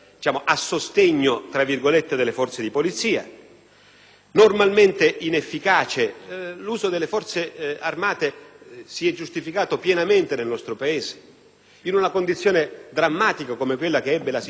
Normalmente inefficace, l'uso delle Forze armate si è giustificato pienamente nel nostro Paese in una condizione drammatica come quella che visse la Sicilia all'inizio degli anni Novanta,